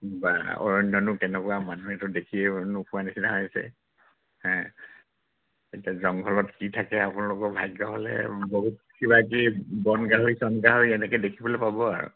বা অৰণ্যনো কেনেকুৱা মানুহেতো দেখিয়ে নোপোৱা নিচিনা হৈছে হে এতিয়া জংঘলত কি থাকে আপোনালোকৰ ভাগ্য হ'লে বহুত কিবা কিবি বন গাহৰি চন গাহৰি এনেকৈ দেখিবলৈ পাব আৰু